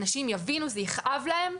אנשים יבינו, זה יכאב להם.